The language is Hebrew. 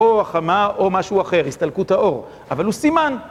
או החמה, או משהו אחר, הסתלקות האור, אבל הוא סימן.